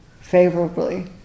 favorably